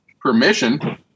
permission